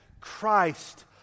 Christ